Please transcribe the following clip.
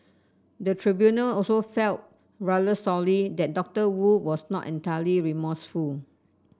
the tribunal also felt rather sorely that Doctor Wu was not entirely remorseful